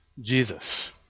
Jesus